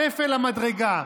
שפל המדרגה.